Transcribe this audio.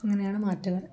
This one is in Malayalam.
അങ്ങനെയാണു മാറ്റങ്ങൾ